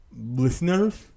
listeners